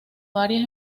varias